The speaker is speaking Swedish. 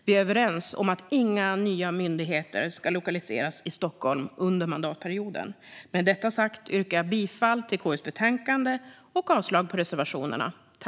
Vi är överens om att inga nya myndigheter ska lokaliseras i Stockholm under mandatperioden. Med detta sagt yrkar jag bifall till utskottets förslag i KU:s betänkande och avslag på reservationerna.